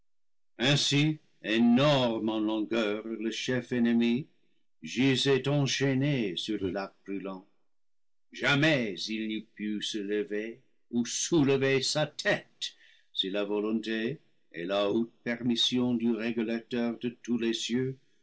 ainsi énorme en longueur le chef ennemi gisait enchaîné sur le lac brûlant jamais il n'eût pu se lever ou soulever sa tête si la volonté et la haute permission du régulateur de tous les cieux